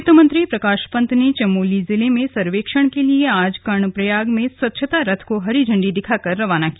वित्त मंत्री प्रकाश पंत ने चमोली जिले में सर्वेक्षण के लिए आज कर्णप्रयाग में स्वच्छता रथ को हरी झण्डी दिखाकर रवाना किया